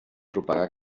propagar